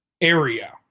area